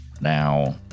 now